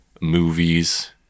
movies